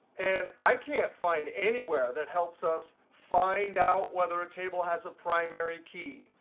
and i can't find anywhere that helps us find out whether a table has a primary key.